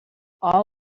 all